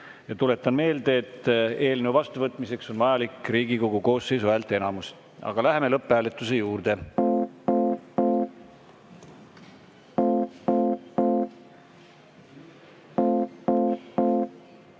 Tuletan meelde, et eelnõu vastuvõtmiseks on vajalik Riigikogu koosseisu häälteenamus. Aga läheme lõpphääletuse juurde.